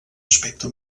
aspecte